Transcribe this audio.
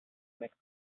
mixed